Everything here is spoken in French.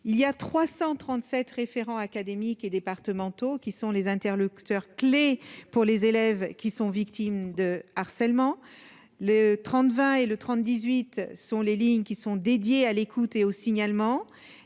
Il y a 337 référents académiques et départementaux qui sont les interlocuteurs clés pour les élèves qui sont victimes de harcèlement, le 30 20 et le 30 18 sont les lignes qui sont dédiés à l'écoute et au signalement